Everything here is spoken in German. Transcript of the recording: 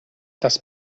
das